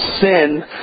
sin